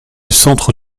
centre